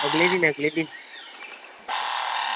अगले दिन अगले दिन